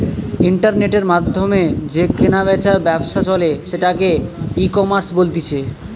ইন্টারনেটের মাধ্যমে যে কেনা বেচার ব্যবসা চলে সেটাকে ইকমার্স বলতিছে